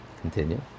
Continue